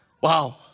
Wow